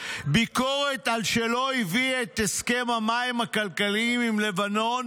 ביקורת על שלא הביא את הסכם המים הכלכליים עם לבנון